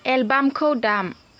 एलबामखौ दाम